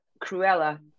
Cruella